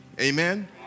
Amen